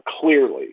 clearly